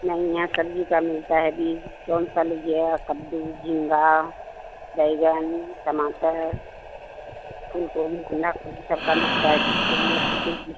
नहीं यहाँ सब्जी का मिलता है बीज कौन सा लीजिएगा कद्दू झींगा बैंगन टमाटर फूल गोभी बंदा गोभी सब का मिलता है बीज बोलिए आप क्या लेंगी